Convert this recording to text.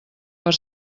per